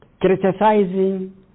Criticizing